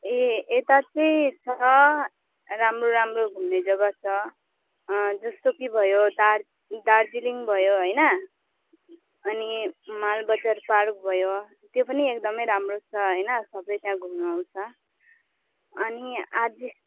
ए यता चाहिँ छ राम्रो राम्रो घुम्ने जग्गा छ जस्तो कि भयो दार दार्जिलिङ भयो होइन अनि मालबजार पार्क भयो त्यो पनि एकदमै राम्रो छ होइन सबै त्यहाँ घुम्नु आउँछ अनि अझै